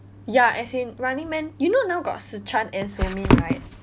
ya as in running man you know now got se chan and so min right